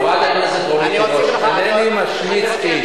חברת הכנסת רונית תירוש, אינני משמיץ איש.